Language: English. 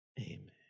Amen